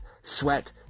sweat